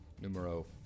Numero